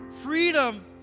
Freedom